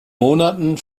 monaten